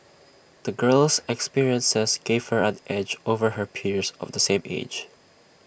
the girl's experiences gave her an edge over her peers of the same age